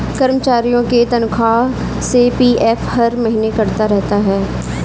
कर्मचारियों के तनख्वाह से पी.एफ हर महीने कटता रहता है